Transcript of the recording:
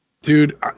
Dude